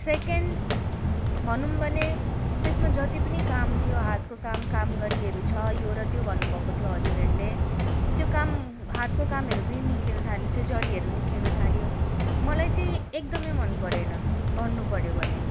second भनौँ भने त्यसमा जति पनि काम थियो हातको काम कामगरीहरू छ यो र त्यो भन्नुभएको थियो हजुरहरूले त्यो काम हातको कामहरू पनि निस्किनुथाल्यो त्यो जरीहरू निस्किनुथाल्यो मलाई चाहिँ एकदमै मनपरेन भन्नुपऱ्यो भने